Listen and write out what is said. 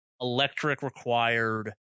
electric-required